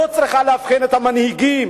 זה צריך לאפיין את המנהיגים,